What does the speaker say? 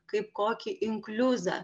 kaip kokį inkliuzą